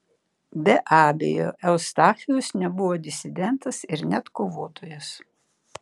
be abejo eustachijus nebuvo disidentas ir net kovotojas